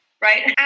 Right